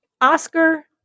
Oscar